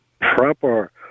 proper